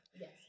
Yes